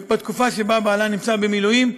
בתקופה שבעלה נמצא במילואים.